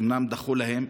אז אומנם דחו להם,